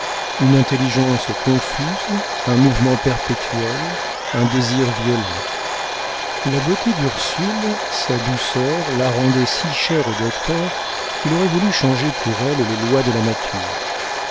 une intelligence confuse un mouvement perpétuel un désir violent la beauté d'ursule sa douceur la rendaient si chère au docteur qu'il aurait voulu changer pour elle les lois de la nature